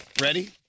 Ready